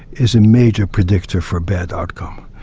is a major predictor for a bad outcome.